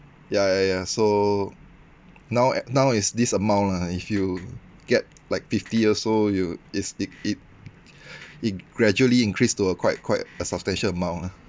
ya ya ya so now now is this amount lah if you get like fifty years old you is it it it gradually increase to a quite quite a substantial amount lah